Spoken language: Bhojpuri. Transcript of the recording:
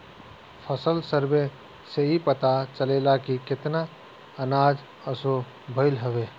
फसल सर्वे से इ पता चलेला की केतना अनाज असो भईल हवे